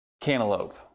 cantaloupe